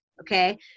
okay